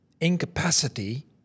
incapacity